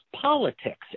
politics